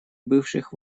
бывших